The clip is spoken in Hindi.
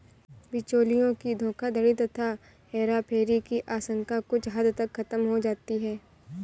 बिचौलियों की धोखाधड़ी तथा हेराफेरी की आशंका कुछ हद तक खत्म हो जाती है